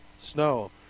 snow